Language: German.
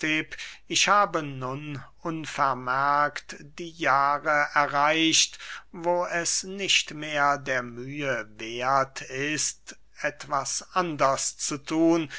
ich habe nun unvermerkt die jahre erreicht wo es nicht mehr der mühe werth ist etwas anders zu thun